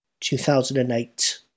2008